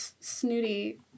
snooty